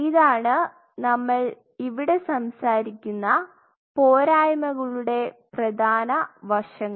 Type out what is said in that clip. ഇതാണ് നമ്മൾ ഇവിടെ സംസാരിക്കുന്ന പോരായ്മകളുടെ പ്രധാന വശങ്ങൾ